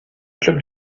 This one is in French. club